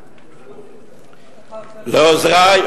לעוזרי,